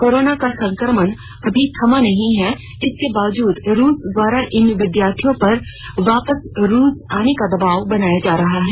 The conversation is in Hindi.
कोरोना का संक्रमण अभी थमा नहीं है इसके बावजूद रूस द्वारा इन विद्यार्थियों पर वापस रूस आने का दबाव बनाया जा रहा है